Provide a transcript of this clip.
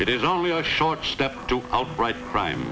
it is only a short step to outright crime